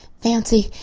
fancy.